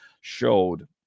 showed